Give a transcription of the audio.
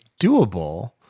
doable